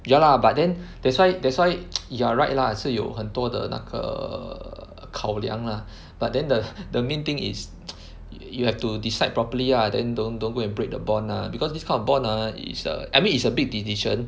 ya lah but then that's why that's why you are right lah 是有很多的那个考量 lah but then the the main thing is you have to decide properly ah then don't don't go and break the bond lah because this kind of bond ah is err I mean it's a big decision